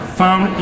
found